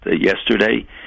yesterday